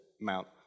Mount